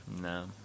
No